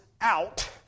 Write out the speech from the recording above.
out